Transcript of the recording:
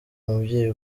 mubyeyi